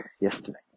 yesterday